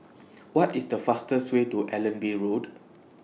What IS The fastest Way to Allenby Road